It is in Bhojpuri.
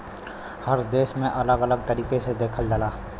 हर देश में अलग अलग तरीके से देखल जाला